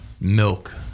milk